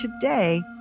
today